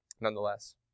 nonetheless